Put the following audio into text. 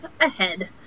ahead